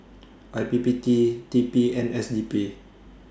I P P T T P and S D P